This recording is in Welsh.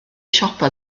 siopa